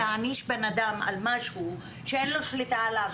יש הבדל בין להעניש אדם על משהו שאין לו שליטה עליו.